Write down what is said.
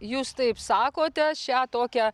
jūs taip sakote šią tokią